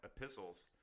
epistles